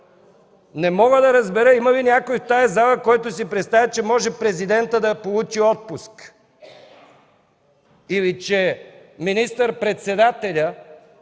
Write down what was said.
Не мога да разбера – има ли някой в тази зала, който си представя, че може президентът да получи отпуск, или че министър-председателят